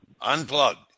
Unplugged